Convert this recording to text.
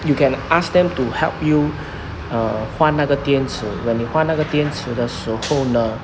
you can ask them to help you err 换那个电池 when 你换那个电池的时候呢